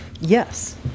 yes